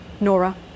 Nora